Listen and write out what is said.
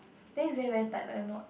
then is there very tight like a knot